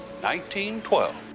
1912